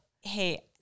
hey